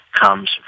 comes